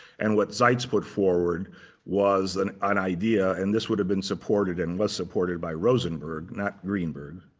and what seitz put forward was an an idea, and this would have been supported and was supported by rosenburg, not greenberg,